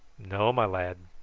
no, my lad.